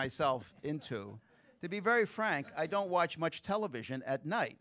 myself into to be very frank i don't watch much television at night